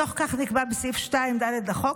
בתוך כך נקבע בסעיף 2(ד) לחוק,